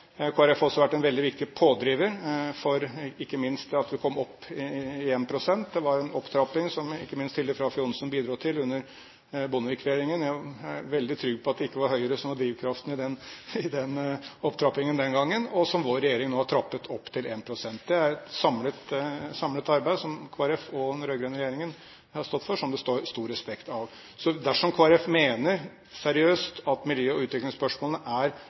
har også vært en veldig viktig pådriver for at vi kom opp i 1 pst. Det var en opptrapping som ikke minst Hilde Frafjord Johnsen bidro til under Bondevik-regjeringen – jeg er veldig trygg på at det ikke var Høyre som var drivkraften i den opptrappingen den gangen – og som vår regjering nå har trappet opp til 1 pst. Det er et samlet arbeid som Kristelig Folkeparti og den rød-grønne regjeringen har stått for, som det står stor respekt av. Så dersom Kristelig Folkeparti mener seriøst at miljø- og utviklingsspørsmålene er